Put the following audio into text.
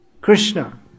Krishna